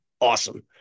awesome